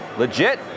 Legit